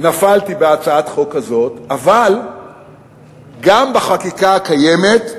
נפלתי בהצעת חוק כזאת, אבל גם בחקיקה הקיימת,